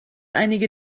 einige